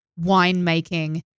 winemaking